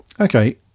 okay